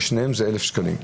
בשניהם זה 1,000 שקלים.